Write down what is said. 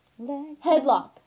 Headlock